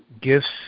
gifts